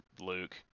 Luke